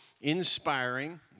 inspiring